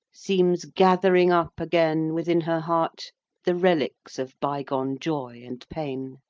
seems gathering up again within her heart the relics of bygone joy and pain.